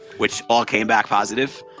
which all came back positive.